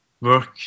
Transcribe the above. work